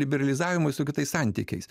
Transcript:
liberalizavimui su kitais santykiais